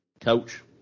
Coach